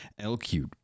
LQ